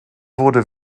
wurde